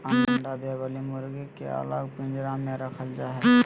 अंडा दे वली मुर्गी के अलग पिंजरा में रखल जा हई